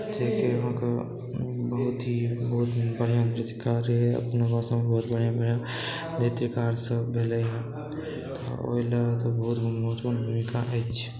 तै के अहाँकेॅं अथी बहुत बढ़िऑं कार्य बहुत बढ़िऑं बढ़िऑं बेहतरीन काज सब भेलै हँ ओइ लऽ तऽ बहुत महत्वपूर्ण भूमिका अछि